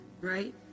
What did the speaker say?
Right